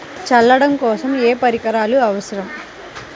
చల్లడం కోసం ఏ పరికరాలు అవసరం?